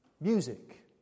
Music